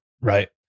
Right